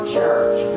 church